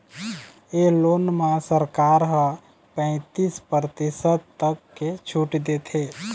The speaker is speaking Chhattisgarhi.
ए लोन म सरकार ह पैतीस परतिसत तक के छूट देथे